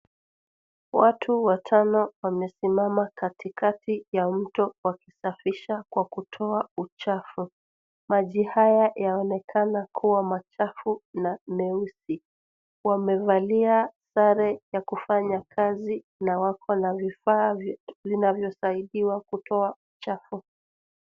Watu watano wamesimama katikati ya mto wakisafisha kwa kutoa uchafu. Maji haya yaonekana kuwa machafu na meusi. Wamevalia sare ya kufanya kazi na wakona vifaa vinavyosaidiwa kutoa uchafu.